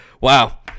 Wow